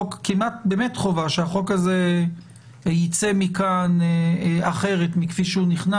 שהחוק הזה ייצא מכאן אחרת מאיך שנכנס